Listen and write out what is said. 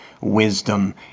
wisdom